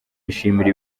yishimira